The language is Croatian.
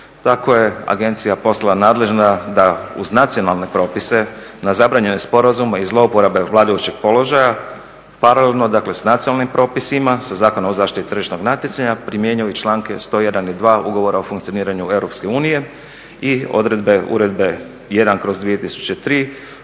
Tako je agencija postala nadležna da uz nacionalne propise na zabranjene sporazume i zlouporabe vladajućeg položaja, paralelno sa nacionalnim propisima sa Zakonom o zaštiti tržišnog natjecanja primjenjuju članke 101. i 102. Ugovora o funkcioniranju EU i odredbe Uredbe 1/2003